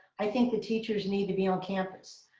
i think the teachers need to be on campus.